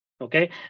okay